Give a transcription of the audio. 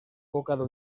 poca